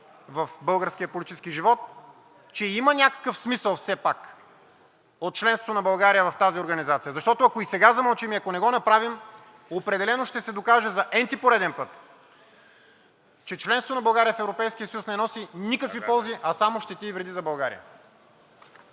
в българския политически живот, че има някакъв смисъл все пак от членството на България в тази организация. Защото, ако и сега замълчим и ако не го направим, определено ще се докаже за n-ти пореден път, че членството на България в Европейския съюз не носи никакви ползи, а само щети и вреди за България.